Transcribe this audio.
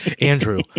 Andrew